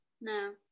no